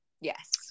Yes